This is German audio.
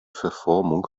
verformung